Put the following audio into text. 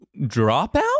dropout